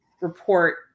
report